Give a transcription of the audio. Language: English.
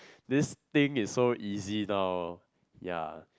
this thing is so easy now ya